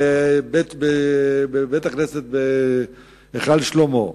בבית-הכנסת "היכל שלמה",